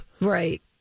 right